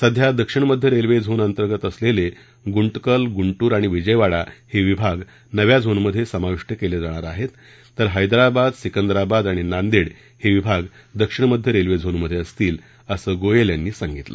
सध्या दक्षिण मध्य रेल्वे झोनअंतर्गत असलेले गुंटकल गुंटूर आणि विजयवाडा हे विभाग नव्या झोनमध्ये समाविष्ट केले जाणार आहेत तर हैदराबाद सिकंदराबाद आणि नांदेड हे विभाग दक्षिण मध्य रेल्वे झोनमध्ये असतील असं गोयल यांनी सांगितलं